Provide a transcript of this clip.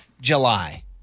July